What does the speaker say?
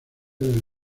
les